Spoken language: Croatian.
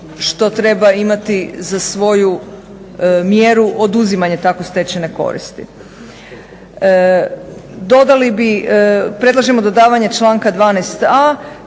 što treba imati za svoju mjeru oduzimanje tako stečene koristi. Dodali bi, predlažemo dodavanje članka 12a.